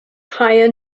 higher